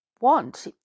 want